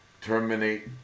terminate